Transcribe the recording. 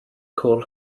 call